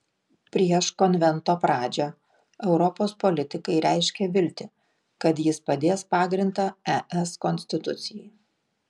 prieš konvento pradžią europos politikai reiškė viltį kad jis padės pagrindą es konstitucijai